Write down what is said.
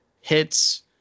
Hits